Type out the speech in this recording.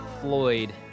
Floyd